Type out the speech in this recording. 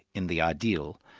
in the ideal,